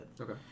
okay